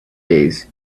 days